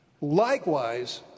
Likewise